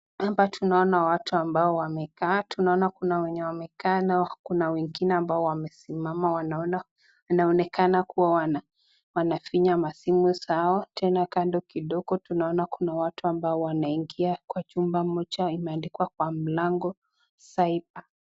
Hapa tunaona watu ambao wamekaa. Tunaona kuna wenye wamekaa na kuna wengine ambao wamesimama. Inaonekana kuwa wanafinya masimu zao, tena kando kidogo tunaona kuna watu ambao wanaingia kwa chumba moja imeandikwa kwa mlango cyber